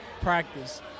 Practice